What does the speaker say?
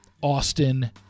Austin